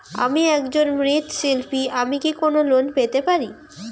আমি একজন মৃৎ শিল্পী আমি কি কোন লোন পেতে পারি?